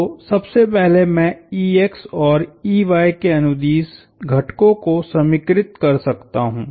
तो सबसे पहले मैंऔरके अनुदिश घटकों को समीकृत कर सकता हूं